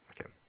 Okay